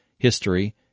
history